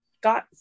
got